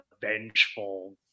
vengeful